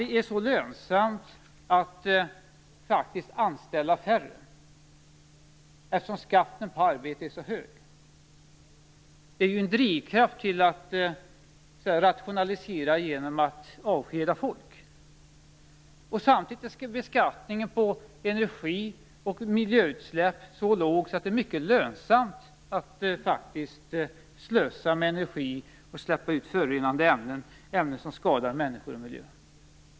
Det är fel att det faktiskt är så lönsamt att anställa färre, eftersom skatten på arbete är så hög. Det är ju en drivkraft till rationaliseringar genom att avskeda folk. Samtidigt är beskattningen på energi och miljöutsläpp så låg att det faktiskt är mycket lönsamt att slösa med energi och släppa ut förorenande ämnen som skadar människor och miljö.